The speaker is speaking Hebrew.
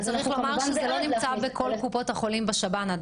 וצריך לומר שזה לא נמצא עדיין בכל קופות החולים בשב"ן,